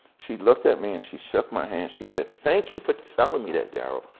she looked at me, and she shook my hand, she said, thank you for telling me that darryl.